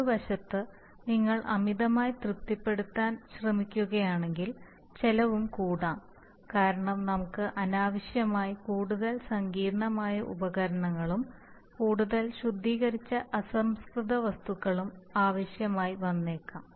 മറുവശത്ത് നിങ്ങൾ അമിതമായി തൃപ്തിപ്പെടുത്താൻ ശ്രമിക്കുകയാണെങ്കിൽ ചെലവും കൂടാം കാരണം നമുക്ക് അനാവശ്യമായി കൂടുതൽ സങ്കീർണമായ ഉപകരണങ്ങളും കൂടുതൽ ശുദ്ധീകരിച്ച അസംസ്കൃത വസ്തുക്കളും ആവശ്യമായി വന്നേക്കാം